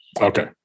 Okay